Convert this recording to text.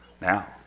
Now